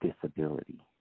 disability